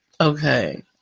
Okay